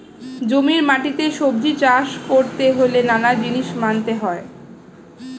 জমির মাটিতে সবজি চাষ করতে হলে নানান জিনিস মানতে হয়